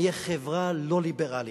נהיה חברה לא ליברלית,